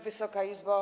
Wysoka Izbo!